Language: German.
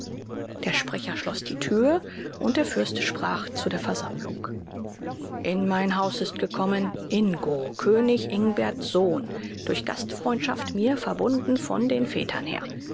der sprecher schloß die tür und der fürst sprach zu der versammlung in mein haus ist gekommen ingo könig ingberts sohn durch gastfreundschaft mir verbunden von den vätern her